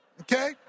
okay